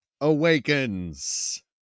Awakens